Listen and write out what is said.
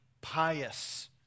pious